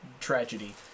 tragedy